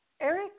Eric